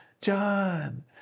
John